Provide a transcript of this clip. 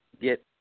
get